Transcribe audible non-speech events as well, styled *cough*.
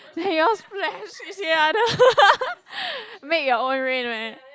ya you all splash each the other *laughs* make your own rain man